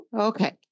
okay